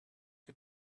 can